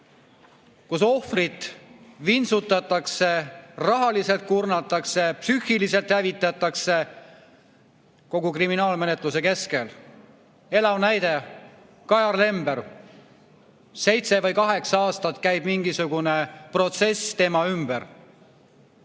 kus ohvrit vintsutatakse, rahaliselt kurnatakse ja psüühiliselt hävitatakse kogu kriminaalmenetluse vältel. Elav näide: Kajar Lember. Seitse või kaheksa aastat käib mingisugune protsess tema ümber.